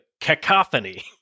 cacophony